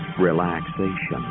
relaxation